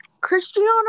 Cristiano